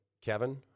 Kevin